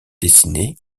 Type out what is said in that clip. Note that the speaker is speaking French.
dessinés